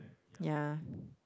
ya